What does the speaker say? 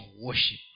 worship